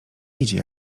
idzie